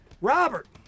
Robert